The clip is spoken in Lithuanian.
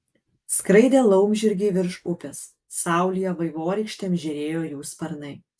skraidė laumžirgiai virš upės saulėje vaivorykštėm žėrėjo jų sparnai